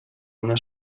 una